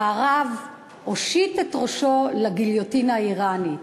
המערב הושיט את ראשו לגיליוטינה האיראנית.